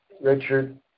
Richard